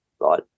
right